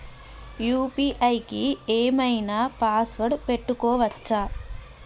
UPI కి ఏం ఐనా పాస్వర్డ్ పెట్టుకోవచ్చా?